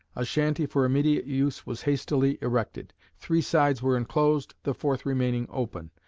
a shanty for immediate use was hastily erected. three sides were enclosed, the fourth remaining open.